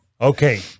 Okay